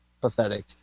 pathetic